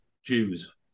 jews